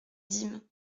dîmes